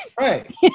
Right